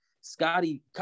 Scotty